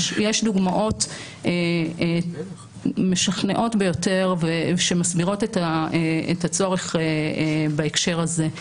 יש דוגמאות משכנעות ביותר שמסבירות את הצורך בהקשר הזה.